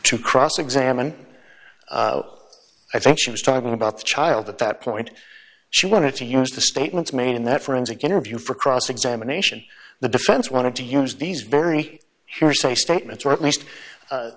to cross examine i think she was talking about the child at that point she wanted to use the statements made in that forensic interview for cross examination the defense wanted to use these very hearsay statements or at least